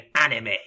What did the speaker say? anime